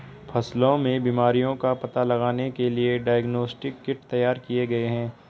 फसलों में बीमारियों का पता लगाने के लिए डायग्नोस्टिक किट तैयार किए गए हैं